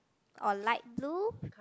or light blue